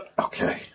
Okay